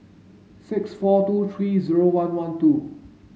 six four two three zero one one two